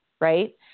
right